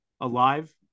alive